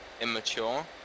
immature